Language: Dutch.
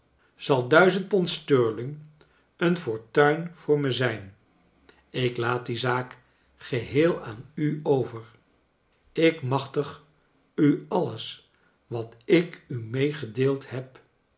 zal duizend pond sterling een fortuin voor me zijn ik laat die zaak geheel aan u over ik machtig n alles wat ik n meegedeeld heb